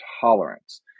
tolerance